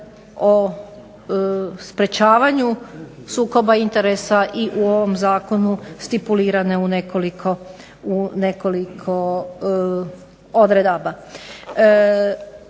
o sprječavanju sukoba interesa i u ovom zakonu stipulirane u nekoliko odredaba.